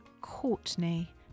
Courtney